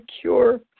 cure